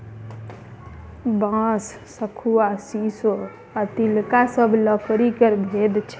बांस, शखुआ, शीशो आ तिलका सब लकड़ी केर भेद छै